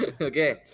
okay